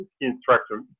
instructor